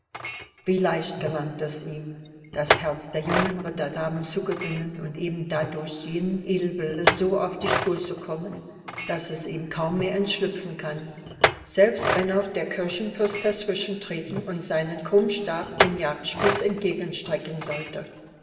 wie leicht gelang es ihm das herz der jungen ritterdame zu gewinnen und eben dadurch jenem edelwilde so auf die spur zu kommen daß es ihm kaum mehr entschlüpfen kann selbst wenn auch der kirchenfürst dazwischen treten und seinen krummstab dem jagdspieß entgegenstrecken sollte